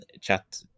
chat